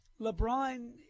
LeBron –